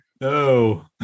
no